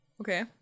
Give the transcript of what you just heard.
Okay